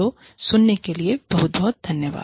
तो सुनने के लिएबहुत बहुत धन्यवाद